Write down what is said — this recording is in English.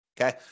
Okay